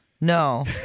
No